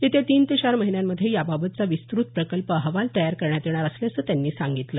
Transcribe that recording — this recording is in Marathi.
येत्या तीन ते चार महिन्यांमध्ये याबाबतचा विस्तृत प्रकल्प अहवाल तयार करण्यात येणार असल्याचं त्यांनी सांगितलं